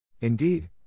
Indeed